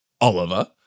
Oliver